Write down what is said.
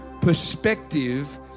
perspective